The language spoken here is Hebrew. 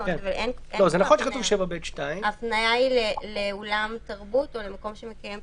אומרת, אי-אפשר היה לתת את